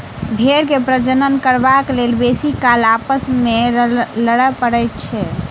भेंड़ के प्रजनन करबाक लेल बेसी काल आपस मे लड़य पड़ैत छै